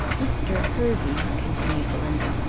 mr. hervey, continued belinda,